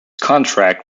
contract